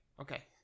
okay